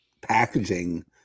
packaging